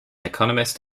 economist